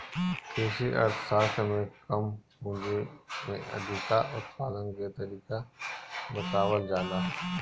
कृषि अर्थशास्त्र में कम पूंजी में अधिका उत्पादन के तरीका बतावल जाला